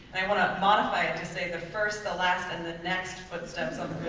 i want to modify it to say the first, the last and the next footsteps on